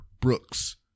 Brooks